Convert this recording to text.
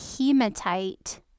hematite